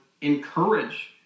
encourage